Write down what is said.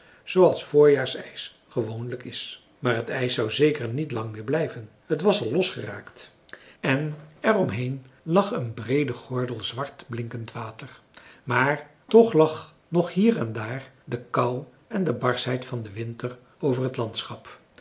zooals voorjaarsijs gewoonlijk is maar t ijs zou zeker niet lang meer blijven t was al losgeraakt en er om heen lag een breede gordel zwart blinkend water maar toch lag nog hier en daar de kou en de barschheid van den winter over het landschap